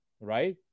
right